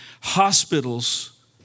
hospitals